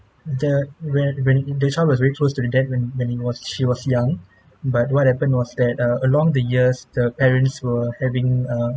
the when when the child was very close to the dad when when it was she was young but what happened was that uh along the years the parents were having err